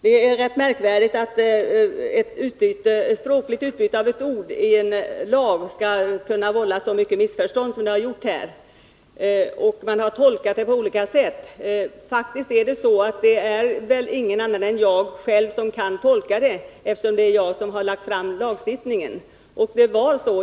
Det är märkvärdigt att ett språkligt byte av ett ord i en lag skall kunna vålla så mycket missförstånd som det gjort här. Man har tolkat det på flera olika sätt. Det är väl jag själv som har bäst förutsättningar att tolka det, eftersom det är jag som lagt fram förslaget till lagstiftning.